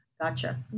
Gotcha